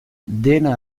dena